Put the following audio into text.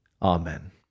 Amen